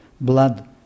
blood